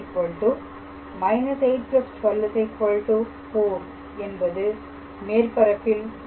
3 −8 12 4 என்பது மேற்பரப்பில் உள்ளது